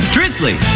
Drizzly